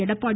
Edappadi